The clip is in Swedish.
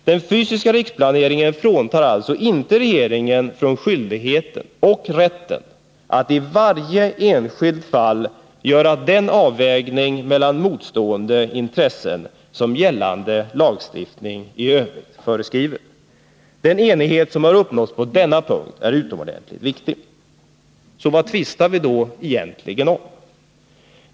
Den fysiska riksplaneringen fråntar alltså inte regeringen skyldigheten och rätten att i varje enskilt fall göra den avvägning mellan motstående intressen som gällande lagstiftning i övrigt föreskriver. Den enighet som uppnåtts på denna punkt är utomordentligt viktig. Vad tvistar vi då egentligen om?